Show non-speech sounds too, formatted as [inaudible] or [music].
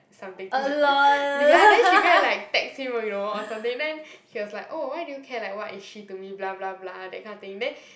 something to [laughs] ya then she go and like text him you know or something then he was like oh why do you care like what is she to me blah blah blah that kind of thing then